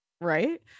Right